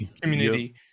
community